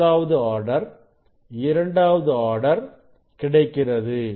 முதலாவது ஆர்டர் இரண்டாவது ஆர்டர் கிடைக்கிறது